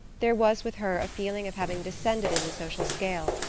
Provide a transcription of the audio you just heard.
there was with her a feeling of having descended in the social scale,